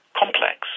complex